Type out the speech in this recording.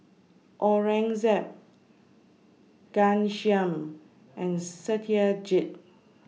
Aurangzeb Ghanshyam and Satyajit